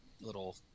little